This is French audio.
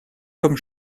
comme